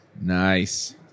Nice